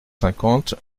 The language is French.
cinquante